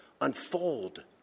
unfold